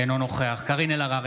אינו נוכח קארין אלהרר,